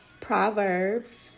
Proverbs